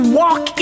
walk